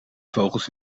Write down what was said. vogels